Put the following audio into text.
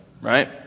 right